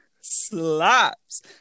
slaps